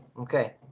okay